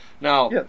Now